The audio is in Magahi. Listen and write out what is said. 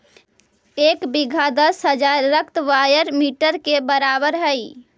एक बीघा दस हजार स्क्वायर मीटर के बराबर हई